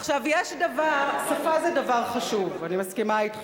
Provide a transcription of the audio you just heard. עכשיו, שפה זה דבר חשוב, אני מסכימה אתך.